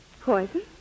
poison